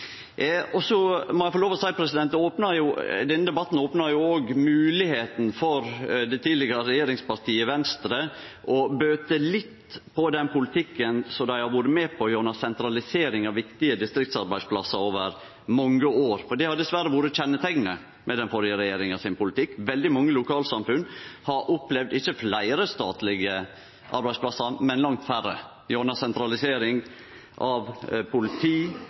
Eg må få lov til å seie at denne debatten òg opna moglegheita for det tidlegare regjeringspartiet Venstre til å bøte litt på den politikken dei har vore med på gjennom sentralisering av viktige distriktsarbeidsplassar over mange år. Det var dessverre kjenneteiknet med den førre regjeringa sin politikk. Veldig mange lokalsamfunn har opplevd ikkje fleire statlege arbeidsplassar, men langt færre, gjennom sentralisering av politi,